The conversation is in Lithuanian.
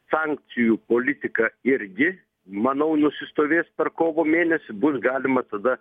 sankcijų politika irgi manau nusistovės per kovo mėnesį bus galima tada